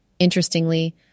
Interestingly